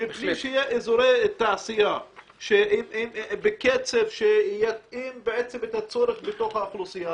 בלי שיהיו אזורי תעשייה בקצב שיתאים את הצורך של האוכלוסייה,